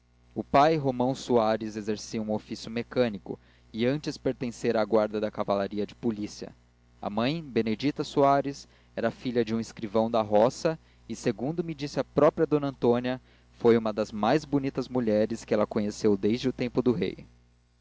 o pai romão soares exercia um oficio mecânico e antes pertencera à guarda de cavalaria de polícia a mãe benedita soares era filha de um escrivão da roga e segundo me disse a própria d antônia foi uma das mais bonitas mulheres que ela conheceu desde o tempo do rei